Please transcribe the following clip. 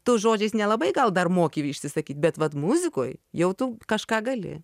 to žodžiais nelabai gal dar moki išsisakyt bet vat muzikoj jau tu kažką gali